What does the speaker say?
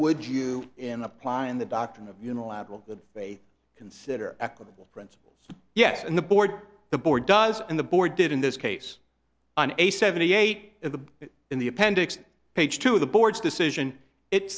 would you in applying the doctrine of unilateral good faith consider equitable principles yes and the board the board does and the board did in this case on a seventy eight in the in the appendix page two of the board's decision it